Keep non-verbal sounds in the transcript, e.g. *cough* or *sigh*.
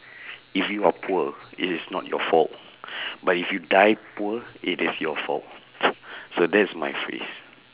if you are poor it is not your fault *breath* but if you die poor it is your fault so that is my phrase